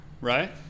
right